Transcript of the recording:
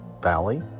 Valley